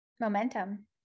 momentum